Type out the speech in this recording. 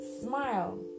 smile